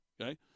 Okay